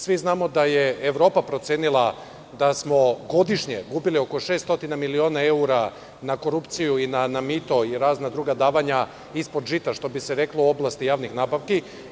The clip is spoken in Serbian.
Svi znamo da je Evropa procenila da smo godišnje gubili oko 600 miliona evra na korupciju, na mito i na razna druga davanja ispod žita, što bi se reklo, u oblasti javnih nabavki.